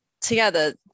together